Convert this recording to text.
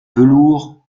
velours